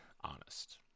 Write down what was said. honest